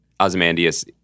Ozymandias